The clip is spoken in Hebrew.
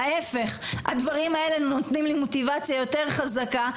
ההפך: הדברים האלה נותנים לי מוטיבציה יותר חזקה,